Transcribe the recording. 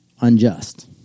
Unjust